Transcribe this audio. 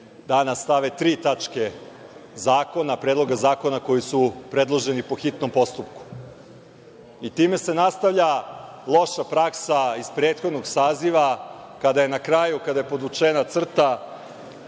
red stave tri tačke predloga zakona koji su predloženi po hitnom postupku. Time se nastavlja loša praksa iz prethodnog saziva kada je na kraju, kada je podvučena crta,